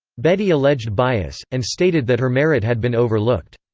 bedi alleged bias, and stated that her merit had been overlooked.